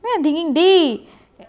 then I thinking !hey!